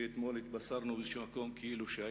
שאתמול התבשרנו באיזה מקום כאילו היה